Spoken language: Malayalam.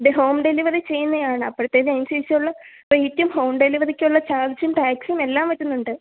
ഹോം ഡെലിവറി ചെയ്യുന്നതാണ് അപ്പോഴത്തേന് അതിനനുസരിച്ചുള്ള റേയ്റ്റും ഹോം ഡെലിവറിയ്ക്കുള്ള ചാർജും ടാക്സും എല്ലാം വരുന്നുണ്ട്